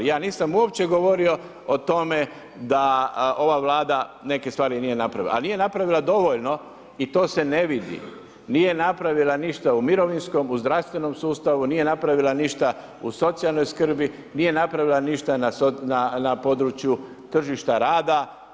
Ja nisam uopće govorio o tome da ova Vlada neke stvari nije napravila, ali nije napravila dovoljno i to se ne vidi, nije napravila ništa u mirovinskom, u zdravstvenom sustavu, nije napravila ništa u socijalnoj skrbi, nije napravila ništa na području tržišta rada.